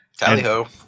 Tally-ho